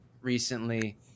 recently